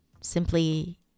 simply